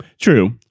True